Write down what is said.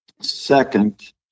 second